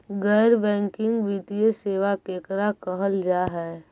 गैर बैंकिंग वित्तीय सेबा केकरा कहल जा है?